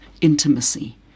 intimacy